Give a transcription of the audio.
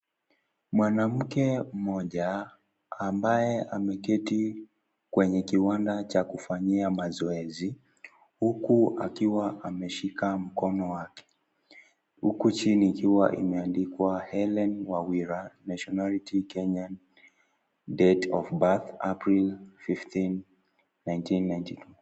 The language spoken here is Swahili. Mwanamke mmoja, ambaye ameketi kwenye kiwanda cha kufanyia mazoezi, huku akiwa ameshika mkono wake. Huku chini ukiwa imeandikwa, Hellen Wawira Nationality Kenyan date of birth, April 15 1990.